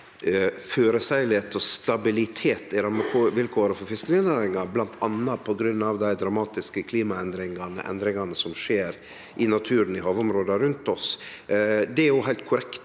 føreseielegheit og stabilitet i rammevilkåra for fiskerinæringa, bl.a. på grunn av dei dramatiske klimaendringane som skjer i naturen i havområda rundt oss. Det er heilt korrekt,